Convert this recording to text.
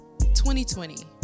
2020